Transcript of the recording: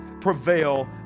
prevail